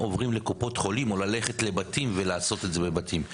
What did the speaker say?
עוברים לקופות חולים או הולכים לעשות את זה בבתים.